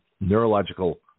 neurological